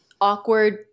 awkward